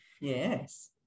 yes